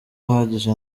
ahagije